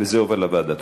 עובר לוועדה.